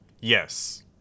Yes